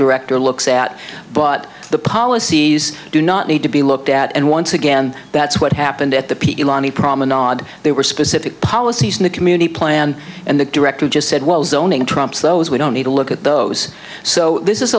director looks at but the policies do not need to be looked at and once again that's what happened at the peak promise there were specific policies in the community plan and the director just said well zoning trumps those we don't need to look at those so this is